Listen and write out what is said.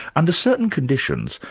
under certain conditions,